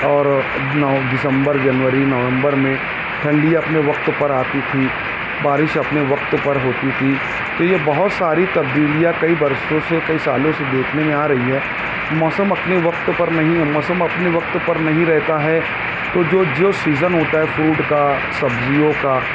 اور نو دسمبر جنوری نومبر میں ٹھنڈی اپنے وقت پر آتی تھی بارش اپنے وقت پر ہوتی تھی یہ بہت ساری تبدیلیاں کئی برسوں سے کئی سالوں سے دیکھنے میں آ رہی ہیں موسم اپنے وقت پر نہیں موسم اپنے وقت پر نہیں رہتا ہےتو جو جو سیزن ہوتا ہے فروٹ کا سبزیوں کا